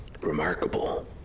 remarkable